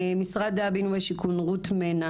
רות מנע